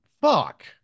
fuck